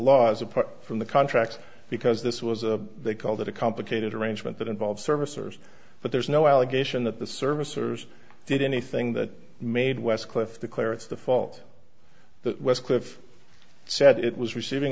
laws apart from the contract because this was a they call that a complicated arrangement that involves services but there's no allegation that the services did anything that made westcliff the clear it's the fault the westcliff said it was receiving